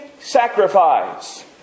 sacrifice